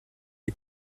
est